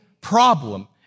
problem